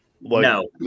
no